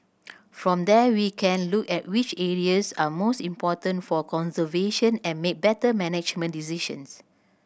from there we can look at which areas are most important for conservation and make better management decisions